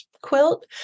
quilt